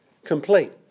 Complete